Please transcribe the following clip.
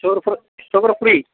sugar ഫ്ര് sugar free